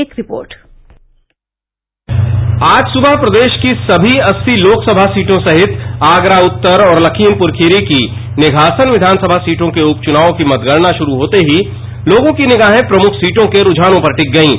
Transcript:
एक रिपोर्ट आज सुबह प्रदेष की सभी अस्सी सीटों सहित आगरा उत्तर और लखीमपुर खीरी की निघासन विधानसभा सीटों के उप चुनावों की मतगणना ष्रू होते ही लोगों की निगाहे प्रमुख सीटों के रूझानों पर टिकी हुई थी